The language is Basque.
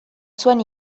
zuen